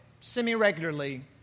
semi-regularly